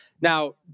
Now